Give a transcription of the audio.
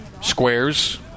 Squares